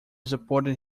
supported